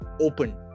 open